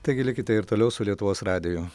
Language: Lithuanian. taigi likite ir toliau su lietuvos radiju